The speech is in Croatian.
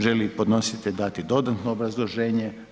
Želi li podnositelj dati dodatno obrazloženje?